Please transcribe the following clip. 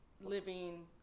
living